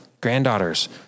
granddaughters